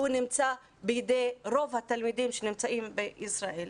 נמצא בידי רוב התלמידים שנמצאים בישראל.